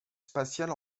spatiale